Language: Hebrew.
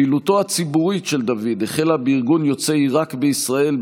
פעילותו הציבורית של דוד החלה בארגון יוצאי עיראק בישראל,